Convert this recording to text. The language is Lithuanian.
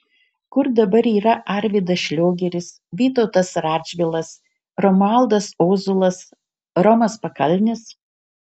kur dabar yra arvydas šliogeris vytautas radžvilas romualdas ozolas romas pakalnis